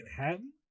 Manhattan